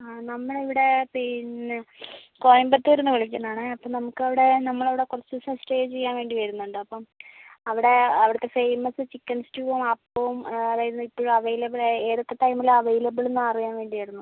ആ നമ്മൾ ഇവിടെ പിന്നെ കോയമ്പത്തൂരിൽ നിന്ന് വിളിക്കുന്നത് ആണേ അപ്പം നമുക്ക് അവിടെ നമ്മൾ അവിടെ കുറച്ച് ദിവസം സ്റ്റേ ചെയ്യാൻ വേണ്ടി വരുന്നുണ്ട് അപ്പം അവിടെ അവിടുത്തെ ഫേമസ് ചിക്കൻ സ്റ്റൂവും അപ്പവും അതായത് ഇപ്പോഴും അവൈലബിൾ ആയ ഏതൊക്കെ ടൈമിലാണ് അവൈലബിൾ എന്ന് അറിയാൻ വേണ്ടി ആയിരുന്നു